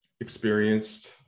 experienced